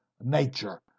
nature